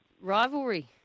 rivalry